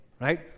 Right